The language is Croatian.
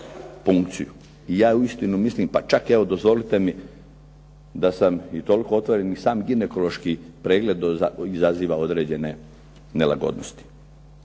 i ja uistinu mislim, pa čak evo dozvolite da sam i tolko otvoren i sam ginekološki pregled izaziva određene nelagodnosti